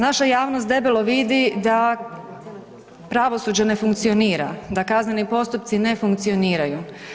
Naša javnost debelo vidi da pravosuđe ne funkcionira, da kazneni postupci ne funkcioniraju.